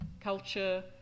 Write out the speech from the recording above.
culture